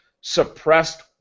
suppressed